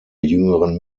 jüngeren